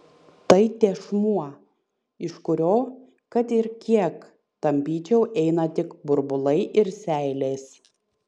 tai tešmuo iš kurio kad ir kiek tampyčiau eina tik burbulai ir seilės